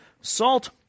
salt